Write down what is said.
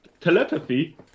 telepathy